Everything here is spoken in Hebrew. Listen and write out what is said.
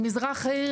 מזרח העיר,